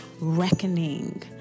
reckoning